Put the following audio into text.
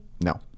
no